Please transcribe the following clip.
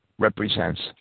represents